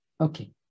Okay